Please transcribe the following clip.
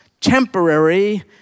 temporary